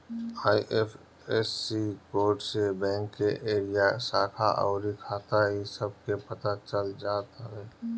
IFSC code से bank के area, शाखा अउरी खाता इ सब के पता चल जात हवे